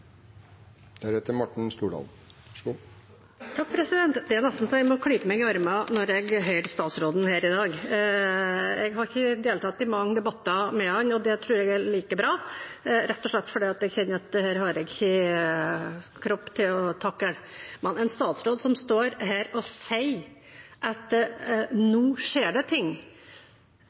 nesten så jeg må klype meg i armen når jeg hører statsråden i dag. Jeg har ikke deltatt i mange debatter med ham, og det tror jeg er like bra, rett og slett fordi jeg kjenner at dette har jeg ikke kropp til å takle. En statsråd som står her og sier at nå skjer det noe etter at det ikke har skjedd noen ting